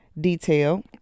detail